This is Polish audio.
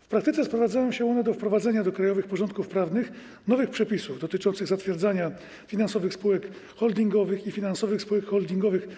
W praktyce sprowadzają się one do wprowadzenia do krajowych porządków prawnych nowych przepisów dotyczących zatwierdzania finansowych spółek holdingowych i finansowych spółek holdingowych